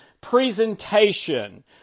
presentation